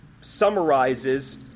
summarizes